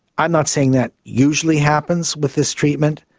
i'm not saying that usually happens with this treatment.